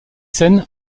scènes